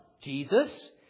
Jesus